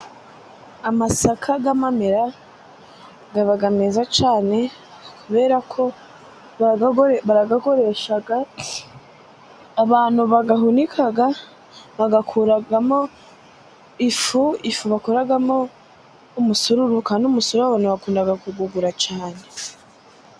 Amasaka y'amamera aba meza cyane kubera ko barayakoresha, abantu bayahunika bagakuramo ifu, ifu bakoramo umusururu, kandi umusururu abantu bakunda kuwugura cyane.